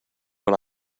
when